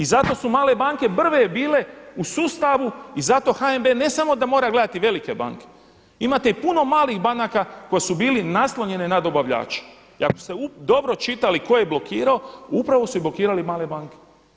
I zato su male banke prve bile u sustavu i zato HNB ne samo da mora gledati velike banke. imate i puno malih banaka koje su bili naslonjene na dobavljače i ako ste dobro čitali tko je blokirao, upravo su ih blokirali male banke.